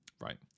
Right